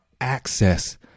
access